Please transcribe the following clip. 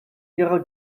ihrer